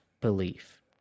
belief